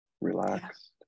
relaxed